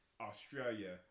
Australia